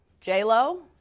J-Lo